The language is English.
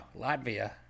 Latvia